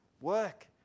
work